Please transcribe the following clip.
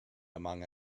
among